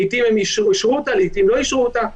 לעתים אישרו אותה, לעתים לא אישרו אותה.